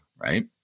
right